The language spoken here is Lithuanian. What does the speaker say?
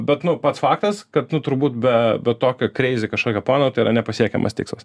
bet nu pats faktas kad nu turbūt be be tokio crazy kažkokio plano tai yra nepasiekiamas tikslas